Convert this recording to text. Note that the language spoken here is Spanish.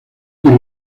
quien